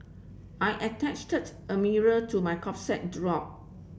I attach a mirror to my draw